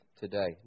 today